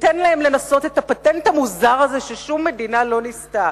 ניתן להם לנסות את הפטנט המוזר הזה ששום מדינה לא ניסתה,